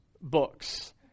books